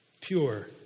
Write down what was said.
pure